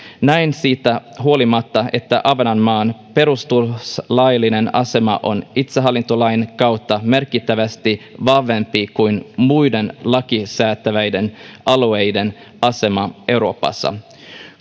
näin siitä huolimatta että ahvenanmaan perustuslaillinen asema on itsehallintolain kautta merkittävästi vahvempi kuin muiden lakia säätävien alueiden asema euroopassa